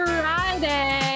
Friday